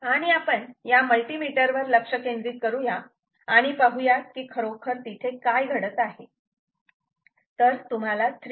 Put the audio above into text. आणि आपण या मल्टीमीटर वर लक्ष केंद्रित करू या आणि पाहुयात की खरोखर तिथे काय घडत आहे तुम्हाला 3